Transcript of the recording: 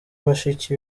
bashiki